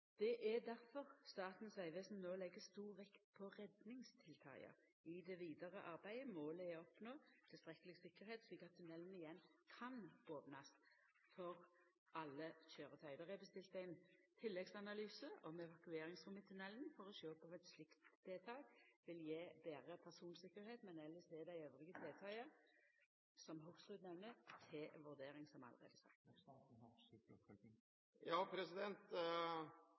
Det er difor Statens vegvesen no legg stor vekt på redningstiltaka i det vidare arbeidet. Målet er å oppnå tilstrekkeleg tryggleik, slik at tunnelen igjen kan opnast for alle køyretøy. Det er bestilt ein tilleggsanalyse om evakueringsform i tunnelen for å sjå om eit slikt tiltak vil gje betre persontryggleik. Elles er dei andre tiltaka som Hoksrud nemner, til vurdering, som eg allereie har sagt.